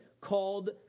called